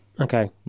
Okay